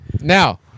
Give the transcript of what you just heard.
now